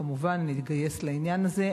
כמובן, נתגייס לעניין זה.